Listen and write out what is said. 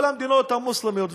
כל המדינות המוסלמיות,